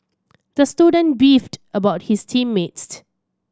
the student beefed about his team mates